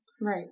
Right